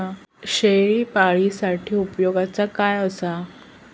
शेळीपाळूसाठी उपयोगाचा काय असा?